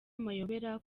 amayobera